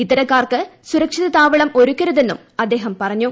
ഇത്തരക്കാർക്ക് സുരക്ഷിത താവളം ഒരുക്കരുതെന്നും അദ്ദേഹം പറഞ്ഞു